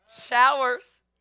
Showers